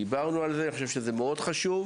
דיברנו על זה, אני חושב שזה מאוד חשוב.